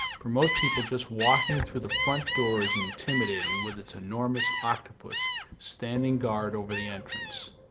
for most people just walking through the front door is intimidating with its enormous octopus standing guard over the entrance.